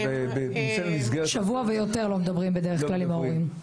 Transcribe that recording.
בדרך כלל אין פלאפונים --- שבוע ויותר לא מדברים בדרך כלל עם ההורים.